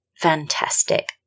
fantastic